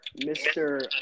Mr